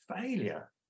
failure